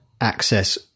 access